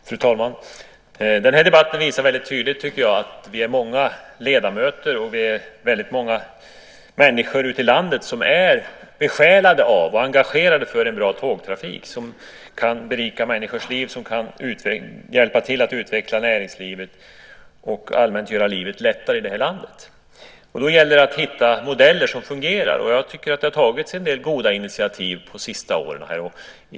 Fru talman! Den här debatten visar väldigt tydligt att många av oss ledamöter och många människor ute i landet är besjälade av och engagerade för en bra tågtrafik, som kan berika människors liv, som kan hjälpa till att utveckla näringslivet och som allmänt kan göra livet lättare i det här landet. Då gäller det att hitta modeller som fungerar. Jag tycker att det har tagits en del goda initiativ de senaste åren.